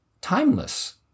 timeless